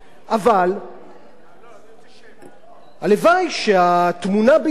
אבל הלוואי שהתמונה בישראל היתה כל כך ורודה,